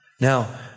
Now